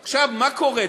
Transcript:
עכשיו, מה קורה?